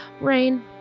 Rain